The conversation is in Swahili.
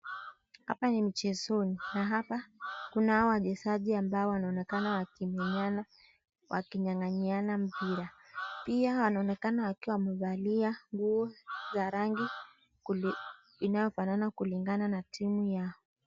Hapa ni mchezoni, na hapa wachezaji ambao wanaonekana wakiminyana wakinyang'aniana mpira .Pia wanaonekana wakiwa wamevalia nguo za rangi inayofanana kulingana na timu yao.